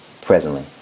presently